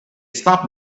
stop